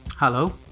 Hello